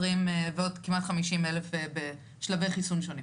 ועוד כמעט חמישים אלף בשלבי חיסון שונים.